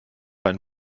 ein